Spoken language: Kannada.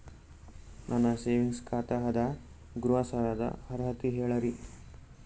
ನನ್ನ ಸೇವಿಂಗ್ಸ್ ಖಾತಾ ಅದ, ಗೃಹ ಸಾಲದ ಅರ್ಹತಿ ಹೇಳರಿ?